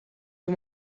you